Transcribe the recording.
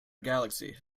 galaxy